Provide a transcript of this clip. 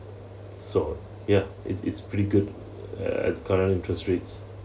so ya it's it's pretty good uh current interest rates